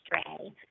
stray